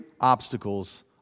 obstacles